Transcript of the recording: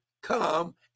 come